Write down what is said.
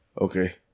Okay